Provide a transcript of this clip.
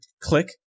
click